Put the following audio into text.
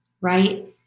Right